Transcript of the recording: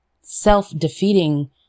self-defeating